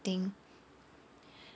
think